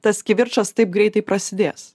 tas kivirčas taip greitai prasidės